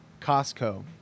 Costco